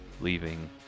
leaving